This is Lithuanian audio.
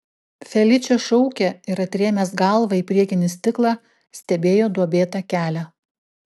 feličė šaukė ir atrėmęs galvą į priekinį stiklą stebėjo duobėtą kelią